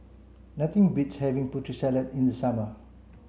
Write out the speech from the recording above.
nothing beats having Putri Salad in the summer